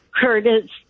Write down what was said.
Curtis